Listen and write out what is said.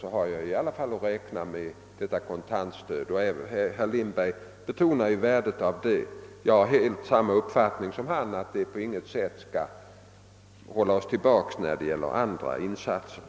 Även herr Lindberg betonade ju värdet av detta stöd, och jag har därvidlag precis samma uppfattning som han, nämligen att det på inget sätt skall hålla oss tillbaka när det gäller andra insatser.